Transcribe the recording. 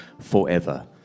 forever